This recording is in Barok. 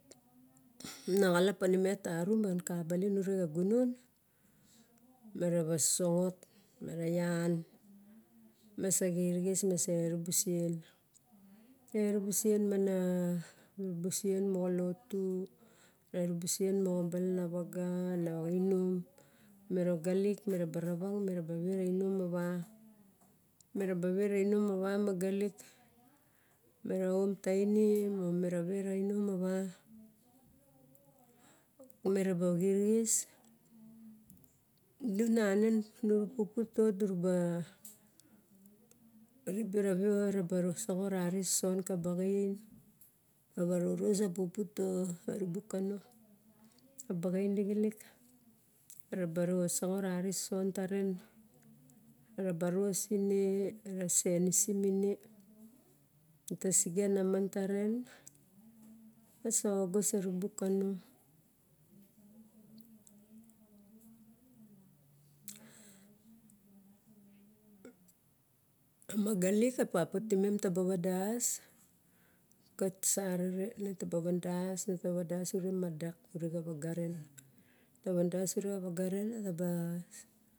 Na xalap pani met tarum va ka balin ure xa gunonm mera sosongot mera ian me saxirixis me sa erubusen. Erubusen moxa lotu, erubusen moxa balan na vago. Naimon magalik, mera ba vera inom awa magalik mera oin tainim o mera vera inom awa. Mera ba xirixis nu nanan ru pupu to duraba ribe ra wiau ra ba soxot ra arisoson ka baxain rawa roros a pupu to a rubuk kano. A baxain lixilik eraba ros ine eraba senisim ine neta sige ana man taren esa ogos e rubuk kano. Magalik e papa timen taba vadas ka sarere ta ba vadas ure madak ure ka vaga ren ta vadas ure xa waga re.